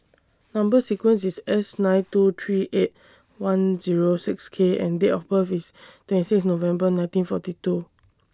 Number sequence IS S nine two three eight one Zero six K and Date of birth IS twenty six November nineteen forty two